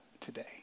today